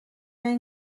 این